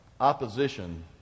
Opposition